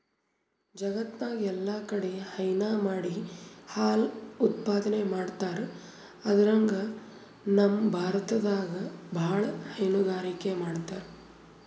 ಜಗತ್ತ್ನಾಗ್ ಎಲ್ಲಾಕಡಿ ಹೈನಾ ಮಾಡಿ ಹಾಲ್ ಉತ್ಪಾದನೆ ಮಾಡ್ತರ್ ಅದ್ರಾಗ್ ನಮ್ ಭಾರತದಾಗ್ ಭಾಳ್ ಹೈನುಗಾರಿಕೆ ಮಾಡ್ತರ್